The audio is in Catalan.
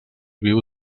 viu